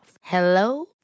Hello